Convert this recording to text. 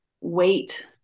weight